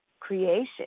creation